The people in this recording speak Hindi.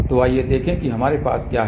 तो आइए देखें कि अब हमारे पास क्या है